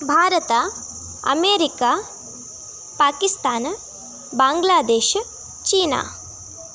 ಭಾರತ ಅಮೇರಿಕ ಪಾಕಿಸ್ತಾನ್ ಬಾಂಗ್ಲಾದೇಶ್ ಚೀನಾ